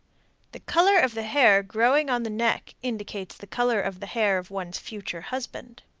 the color of the hair growing on the neck indicates the color of the hair of one's future husband.